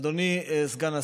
אדוני סגן השר,